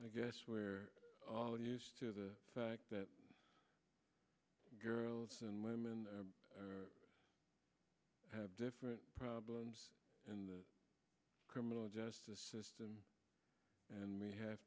i guess we're all used to the fact that girls and women have different problems in the criminal justice system and we have